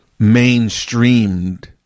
mainstreamed